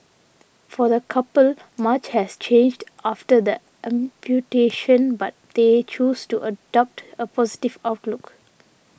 for the couple much has changed after the amputation but they choose to adopt a positive outlook